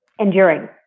enduring